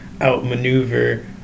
outmaneuver